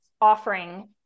offering